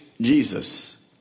Jesus